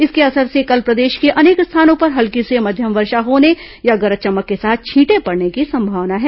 इसके असर से कल प्रदेश के अनेक स्थानों पर हल्की से मध्यम वर्षा होने या गरज चमक के साथ छीटें पडने की संभावना है